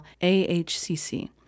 AHCC